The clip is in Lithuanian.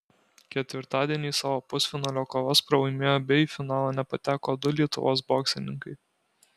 ketvirtadienį savo pusfinalio kovas pralaimėjo bei į finalą nepateko du lietuvos boksininkai